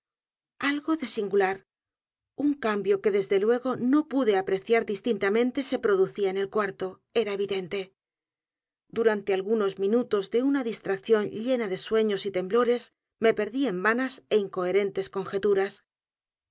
algo de singular un cambio que desde luego no pude apreciar distintamente se producía en el cuarto era evidente durante algunos minutos de una distracción llena de sueños y temblores me perdí en vanas é incoherente conjeturas